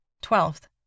Twelfth